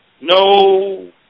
No